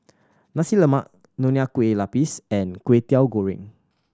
Nasi Lemak Nonya Kueh Lapis and Kwetiau Goreng